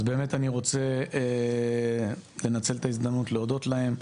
אז באמת אני רוצה לנצל את ההזדמנות להודות להם,